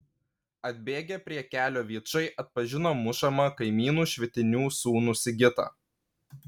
atbėgę prie kelio vyčai atpažino mušamą kaimynu švitinių sūnų sigitą